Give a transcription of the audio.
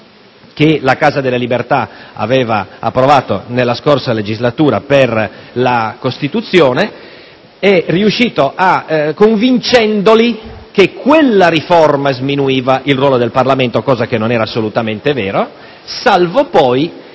che la Casa delle Libertà aveva approvato nella scorsa legislatura. Il Governo ci è riuscito convincendoli che quella riforma sminuiva il ruolo del Parlamento, cosa assolutamente non vera, salvo poi